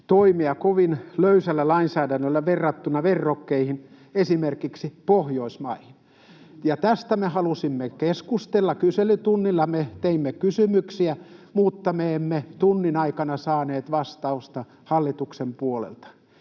toimia kovin löysällä lainsäädännöllä verrattuna verrokkeihin, esimerkiksi Pohjoismaihin. Tästä me halusimme keskustella kyselytunnilla, me teimme kysymyksiä, mutta me emme tunnin aikana saaneet vastausta hallituksen puolelta.